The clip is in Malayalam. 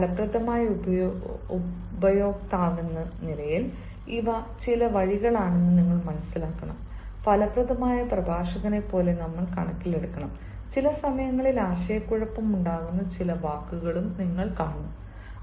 അതിനാൽ ഫലപ്രദമായ ഉപയോക്താവെന്ന നിലയിൽ ഇവ ചില വഴികളാണെന്ന് നിങ്ങൾ മനസ്സിലാക്കണം ഫലപ്രദമായ പ്രഭാഷകനെപ്പോലെ നമ്മൾ കണക്കിലെടുക്കണം ചില സമയങ്ങളിൽ ആശയക്കുഴപ്പമുണ്ടാക്കുന്ന ചില വാക്കുകളും നിങ്ങൾ കാണും